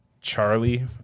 Charlie